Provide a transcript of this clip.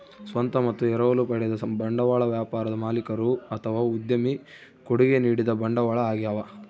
ಸ್ವಂತ ಮತ್ತು ಎರವಲು ಪಡೆದ ಬಂಡವಾಳ ವ್ಯಾಪಾರದ ಮಾಲೀಕರು ಅಥವಾ ಉದ್ಯಮಿ ಕೊಡುಗೆ ನೀಡಿದ ಬಂಡವಾಳ ಆಗ್ಯವ